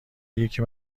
یکی